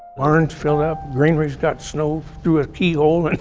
barns filled up, granaries got snow through a keyhole.